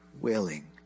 willing